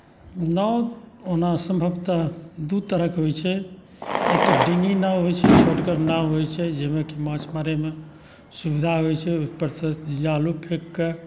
नाव ओना सम्भवतः ओना दू तरहके होइ छै एकटा डेंगी नाव होइ छै छोटगर नाव होइ छै जाहिमे कि माँछ मारैमे सुविधा होइ छै ओहिपरसँ जालो फेक कऽ